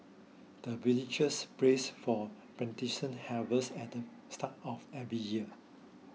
the villagers prays for harvest at the start of every year